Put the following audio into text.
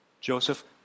Joseph